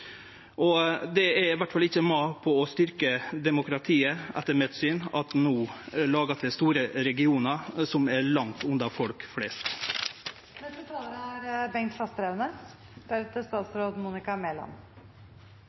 Det er i alle fall ikkje med på å styrkje demokratiet, etter mitt syn, at ein no lagar store regionar som er langt unna folk